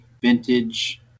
vintage